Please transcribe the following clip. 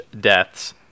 deaths